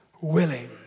willing